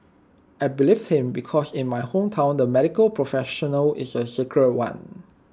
I believed him because in my hometown the medical professional is A sacred one